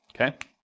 Okay